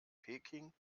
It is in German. peking